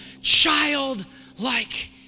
childlike